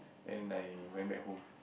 and then I went back home